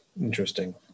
interesting